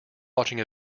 watching